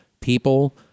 people